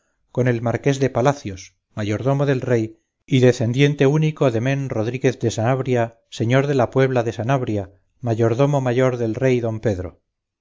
con el marqués de palacios mayordomo del rey y decendiente único de men rodríguez de sanabria señor de la puebla de sanabria mayordomo mayor del rey don pedro